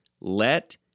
let